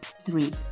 three